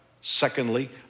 secondly